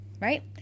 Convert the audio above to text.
Right